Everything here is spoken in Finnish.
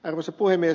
arvoisa puhemies